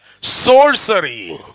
sorcery